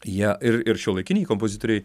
jie ir ir šiuolaikiniai kompozitoriai